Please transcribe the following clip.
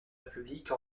république